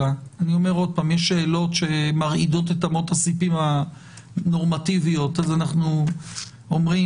יש שאלות שמטרידות את אמות הספים הנורמטיביות אז אנחנו אומרים